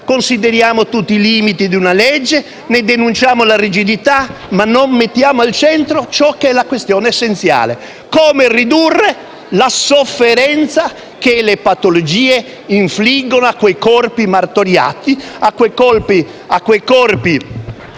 consideriamo tutti i limiti di una legge, ne denunciamo la rigidità, ma non mettiamo al centro la questione essenziale: come ridurre la sofferenza che le patologie infliggono a quei corpi martoriati, a quei corpi